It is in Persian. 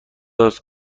است